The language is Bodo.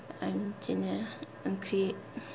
आरो बिदिनो ओंख्रि